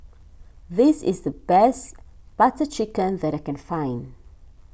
this is the best Butter Chicken that I can find